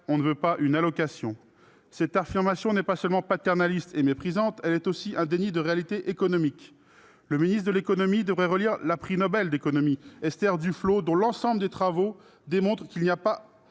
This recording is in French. et pas une allocation ». Cette affirmation n'est pas seulement paternaliste et méprisante ; elle est aussi un déni de réalité économique. Le ministre de l'économie devrait relire la lauréate du prix Nobel d'économie, Esther Duflo, dont l'ensemble des travaux démontrent qu'il n'y a